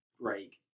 break